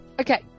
okay